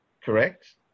Correct